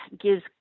gives